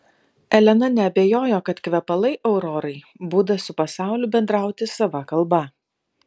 elena neabejojo kad kvepalai aurorai būdas su pasauliu bendrauti sava kalba